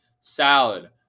salad